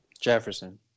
Jefferson